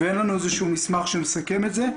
ואין לנו איזשהו מסמך שמסכם את זה.